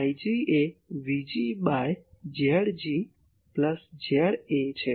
Ig એ Vg by Zg plus ZA છે